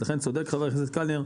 אז לכן צודק חבר הכנסת קלנר,